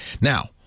Now –